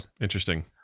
interesting